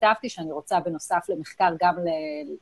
כתבתי שאני רוצה בנוסף למחקר גם ל...